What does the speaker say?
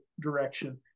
direction